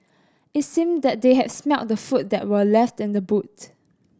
it seemed that they had smelt the food that were left in the boot